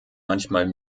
manchmal